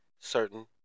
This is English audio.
certain